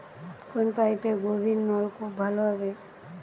কোন পাইপে গভিরনলকুপ ভালো হবে?